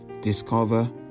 discover